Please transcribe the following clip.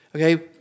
Okay